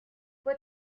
fue